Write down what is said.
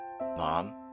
Mom